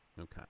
Okay